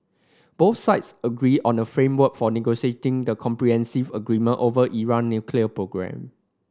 both sides agreed on the framework for negotiating the comprehensive agreement over Iran nuclear programme